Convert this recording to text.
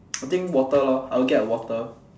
I think water lor I will get water